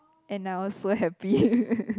and I was so happy